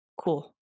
Cool